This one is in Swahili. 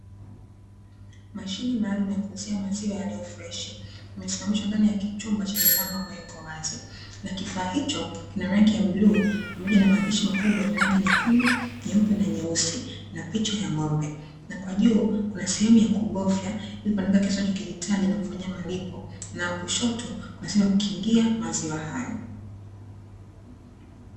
Mashine maalumu yakuuzia maziwa yaliyo freshi imesimamishwa ndani ya chumba chenye milango ambayo iko wazi na kifaa hicho kina rangi ya bluu pamoja na maandishi makubwa yenye rangi nyekundu, nyeupe na nyeusi na picha ya ng'ombe na kwa juu kunasehemu ya kubofya ilikuandika kiasi unachokihitaji na kufanyia malipo na kushoto kuna sehemu ya kukingia maziwa hayo.